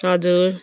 हजुर